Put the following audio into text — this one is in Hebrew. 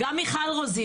גם מיכל רוזין,